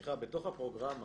בתוך הפרוגרמה